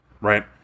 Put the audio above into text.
right